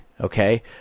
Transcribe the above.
Okay